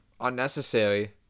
unnecessary